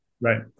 Right